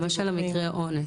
לגבי מקרה האונס,